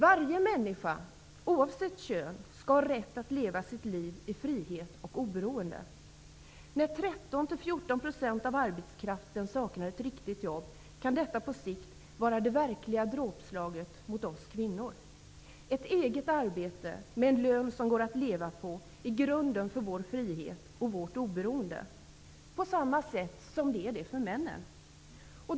Varje människa, oavsett kön, skall ha rätt att leva sitt liv i frihet och oberoende. När 13--14 % av arbetskraften saknar ett riktigt jobb, kan detta på sikt vara det verkliga dråpslaget mot oss kvinnor. Ett eget arbete, med en lön som det går att leva på, är grunden för vår frihet och vårt oberoende på samma sätt som det är det för männen.